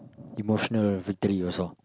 emotional victory also